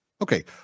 Okay